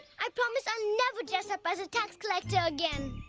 i promise i'll never dress up as a tax collector again.